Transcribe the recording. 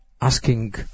asking